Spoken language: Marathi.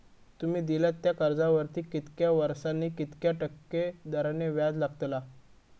तुमि दिल्यात त्या कर्जावरती कितक्या वर्सानी कितक्या टक्के दराने व्याज लागतला?